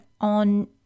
on